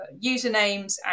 usernames